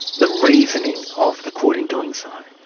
the reasoning of the court in doing so?